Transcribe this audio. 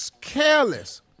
Careless